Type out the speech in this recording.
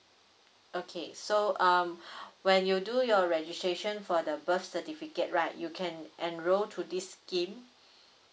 okay so um when you do your registration for the birth certificate right you can enroll to this scheme